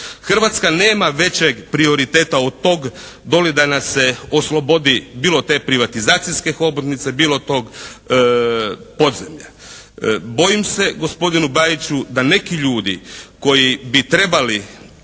Hrvatska nema većeg prioriteta od tog doli da nas se oslobodi bilo te privatizacijske hobotnice bilo tog podzemlja. Bojim se gospodinu Bajiću da neki ljudi koji bi trebali